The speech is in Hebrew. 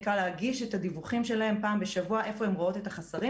להגיש את הדיווחים שלהן פעם בשבוע איפה הן רואות את החסרים